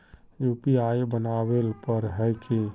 UPI बनावेल पर है की?